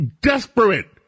desperate